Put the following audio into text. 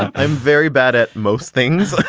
i'm very bad at most things.